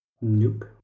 Nope